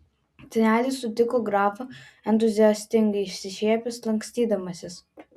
senelis sutiko grafą entuziastingai išsišiepęs lankstydamasis